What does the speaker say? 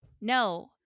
No